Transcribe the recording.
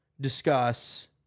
discuss